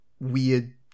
weird